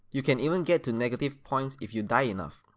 you can even get to negative points if you die enough.